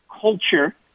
culture